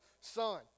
son